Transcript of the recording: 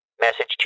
Message